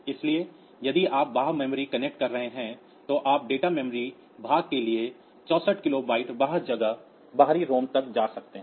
इसलिए यदि आप बाह्य मेमोरी कनेक्ट कर रहे हैं तो आप डेटा मेमोरी भाग के लिए 64 किलोबाइट बाह्य जगह बाहरी रोम तक जा सकते हैं